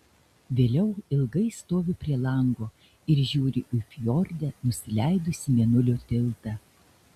vėliau ilgai stoviu prie lango ir žiūriu į fjorde nusileidusį mėnulio tiltą